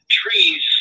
trees